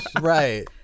Right